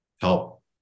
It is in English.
help